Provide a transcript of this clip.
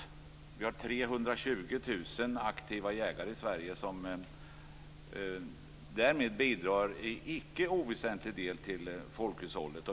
Det finns 320 000 aktiva jägare i Sverige som därmed bidrar i icke oväsentlig del till folkhushållet.